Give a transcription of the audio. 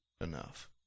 enough